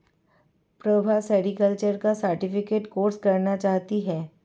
Prabha sericulture का certificate course करना चाहती है